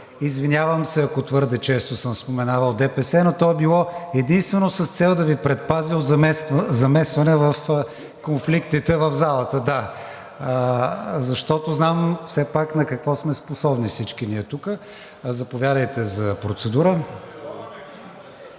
Извинявам се, ако твърде често съм споменавал ДПС, но то е било единствено с цел да Ви предпазя от замесване в конфликтите в залата, защото знам все пак на какво сме способни всички ние тук. Заповядайте за процедура.